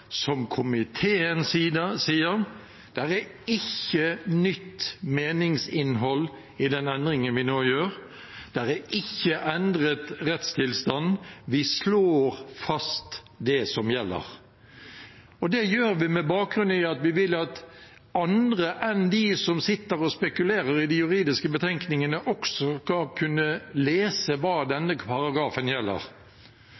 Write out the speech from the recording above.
er ikke en endret rettstilstand. Vi slår fast det som gjelder, og det gjør vi med bakgrunn i at vi vil at andre enn de som sitter og spekulerer i de juridiske betenkningene, også skal kunne lese hva